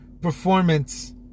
performance